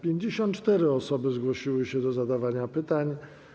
54 osoby zgłosiły się do zadawania pytań.